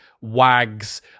wags